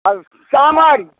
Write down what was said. कामारी